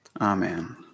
Amen